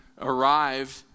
arrived